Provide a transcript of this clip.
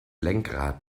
lenkrad